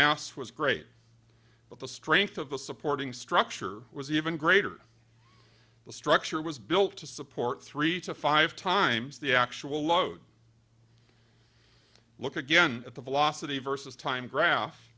mass was great but the strength of the supporting structure was even greater the structure was built to support three to five times the actual load look again at the velocity versus time gra